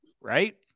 Right